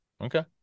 Okay